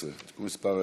נכון,